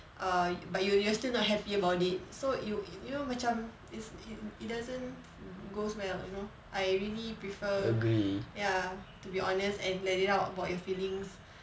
uh but you you still not happy about it so you you know macam it doesn't goes well you know I really prefer ya to be honest and let it out about your feelings